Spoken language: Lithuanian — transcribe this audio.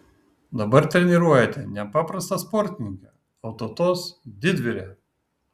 dabar treniruojate ne paprastą sportininkę o tautos didvyrę